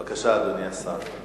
בבקשה, אדוני השר.